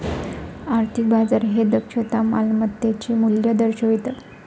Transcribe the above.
आर्थिक बाजार हे दक्षता मालमत्तेचे मूल्य दर्शवितं